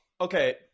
Okay